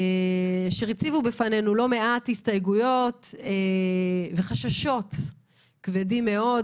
אשר הציבו בפנינו לא מעט הסתייגויות וחששות כבדים מאוד,